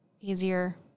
easier